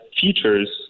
features